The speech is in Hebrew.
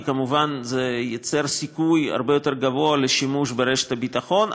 כי כמובן זה יוצר סיכוי הרבה יותר גבוה לשימוש ברשת הביטחון.